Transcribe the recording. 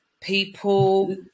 people